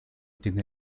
tiene